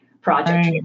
project